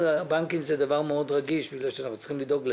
הבנקים זה דבר מאוד רגיש כי אנחנו צריכים לדאוג להם.